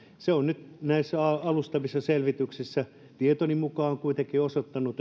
nyt on näissä alustavissa selvityksissä tietoni mukaan kuitenkin osoittautunut